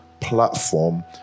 platform